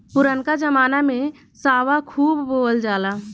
पुरनका जमाना में सावा खूब बोअल जाओ